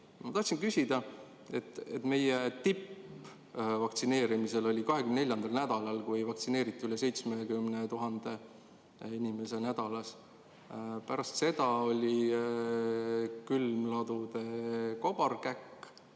Ma tahtsin küsida, et meie tippvaktsineerimine oli 24. nädalal, kui vaktsineeriti üle 70 000 inimese nädalas. Pärast seda oli külmladude kobarkäkk